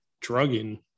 drugging